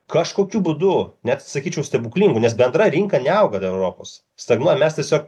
kažkokiu būdu net sakyčiau stebuklingu nes bendra rinka neauga dar europos stagnuoja mes tiesiog